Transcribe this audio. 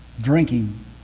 drinking